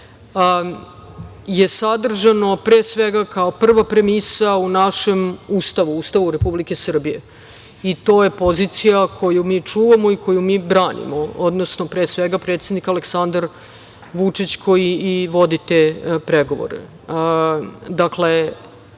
je sadržano pre svega kao prva premisa u našem Ustavu, Ustavu Republike Srbije i to je pozicija koju mi čuvamo i koju mi branimo, odnosno pre svega predsednik Aleksandar Vučić koji i vodi te pregovore. Dakle,